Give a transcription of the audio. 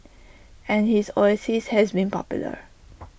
and his oasis has been popular